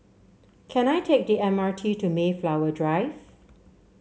can I take the M R T to Mayflower Drive